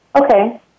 Okay